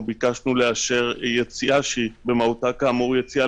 או ביקשנו לאשר יציאה שהיא במהותה כאמור יציאה